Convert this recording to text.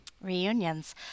reunions